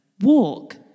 walk